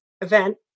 event